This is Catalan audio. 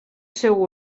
seu